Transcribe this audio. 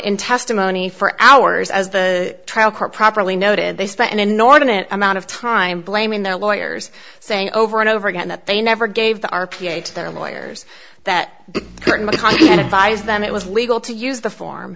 in testimony for hours as the trial court properly noted they spent an inordinate amount of time blaming their lawyers saying over and over again that they never gave the r p i to their lawyers that advised them it was legal to use the form